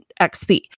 XP